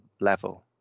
level